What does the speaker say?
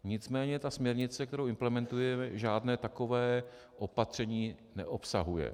Nicméně směrnice, kterou implementuje, žádné takové opatření neobsahuje.